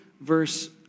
verse